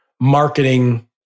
marketing